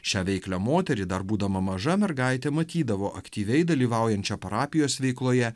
šią veiklią moterį dar būdama maža mergaitė matydavo aktyviai dalyvaujančią parapijos veikloje